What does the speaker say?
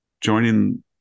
joining